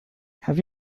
have